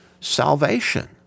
salvation